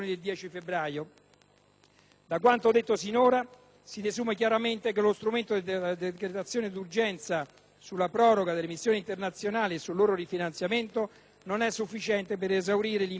Da quanto detto fino ad ora, si desume chiaramente che lo strumento della decretazione d'urgenza sulla proroga delle missioni internazionali e sul loro rifinanziamento non è sufficiente per esaurire l'impegno di tutti